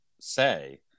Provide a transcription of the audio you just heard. say